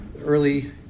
early